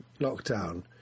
lockdown